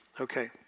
Okay